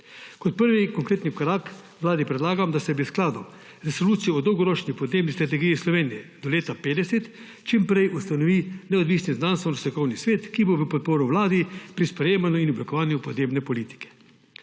Kot prvi konkretni korak vladi predlagam, da se v skladu z Resolucijo o Dolgoročno podnebni strategiji Slovenije do leta 2050 čim prej ustanovi neodvisni znanstveno-strokovni svet, ki bo v podporo vladi pri sprejemanju in oblikovanju podnebne politike.